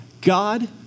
God